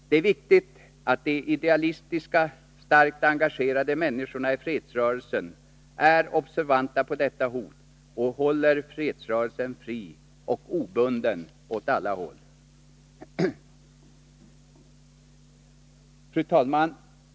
Det är viktigt att de idealistiska, starkt engagerade människorna i fredsrörelsen är observanta på detta hot och håller fredsrörelsen fri och obunden åt alla håll. Fru talman!